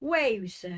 Waves